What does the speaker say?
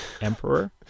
emperor